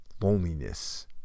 loneliness